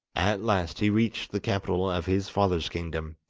at last he reached the capital of his father's kingdom,